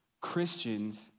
Christians